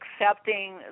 accepting